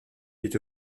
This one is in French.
fit